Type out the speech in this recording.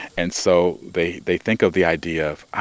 and so they they think of the idea of ah.